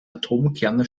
atomkerne